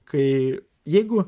kai jeigu